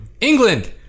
England